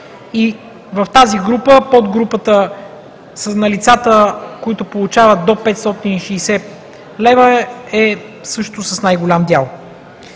В тази група подгрупата на лицата, които получават до 560 лв., е също с най-голям дял.